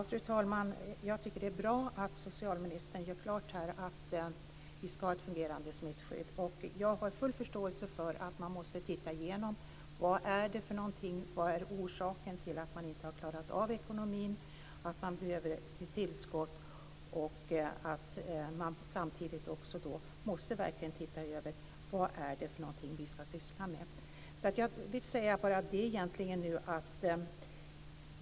Fru talman! Jag tycker att det är bra att socialministern här gör klart att vi ska ha ett fungerande smittskydd. Jag har full förståelse för att man måste titta igenom vad det är som är orsaken till att man inte har klarat ekonomin och behöver tillskott. Samtidigt måste man verkligen se över vad det är som vi ska syssla med.